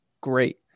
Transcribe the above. great